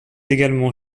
également